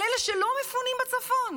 על אלה שלא מפונים בצפון,